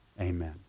Amen